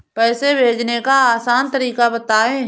पैसे भेजने का आसान तरीका बताए?